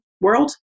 world